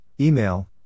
email